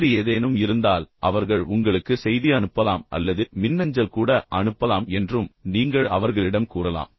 வேறு ஏதேனும் இருந்தால் அவர்கள் உங்களுக்கு செய்தி அனுப்பலாம் அல்லது அவர்கள் உங்களுக்கு மின்னஞ்சல் கூட அனுப்பலாம் என்றும் நீங்கள் அவர்களிடம் கூறலாம்